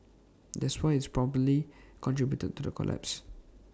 that's why IT probably contributed to the collapse